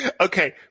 Okay